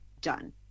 Done